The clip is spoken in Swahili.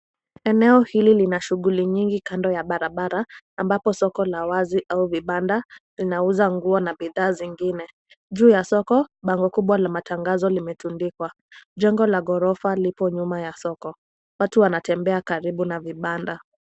Eneo hili lina shughuli nyingi kando ya barabara ambapo soko la wazi au vibanda vinauza nguo na bidhaa zingine. Juu ya soko, bango kubwa la matangazo limetundikwa. Jengo la ghorofa lipo nyuma ya soko. Watu wanatembea karibu na vibanda.